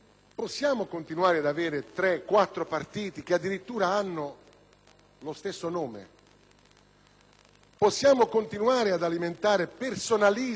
Possiamo continuare ad alimentare personalismi che all'estero e guardati dall'estero fanno soltanto ridere?